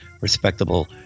respectable